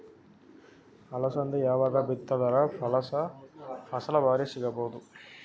ಅಲಸಂದಿ ಯಾವಾಗ ಬಿತ್ತಿದರ ಫಸಲ ಭಾರಿ ಸಿಗಭೂದು?